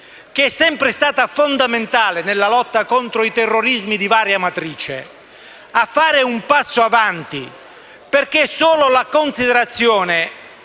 che è sempre stata fondamentale nella lotta contro i terrorismi di varia matrice, a fare un passo avanti, perché solo la considerazione